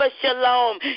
Shalom